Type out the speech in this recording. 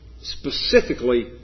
specifically